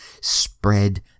spread